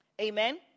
Amen